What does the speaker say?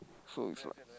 so it's like